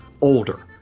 older